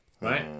Right